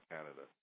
Canada